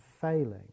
failing